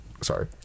sorry